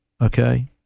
Okay